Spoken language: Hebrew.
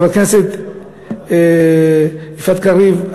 חברת הכנסת יפעת קריב,